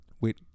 Wait